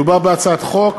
מדובר בהצעת חוק